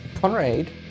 Conrad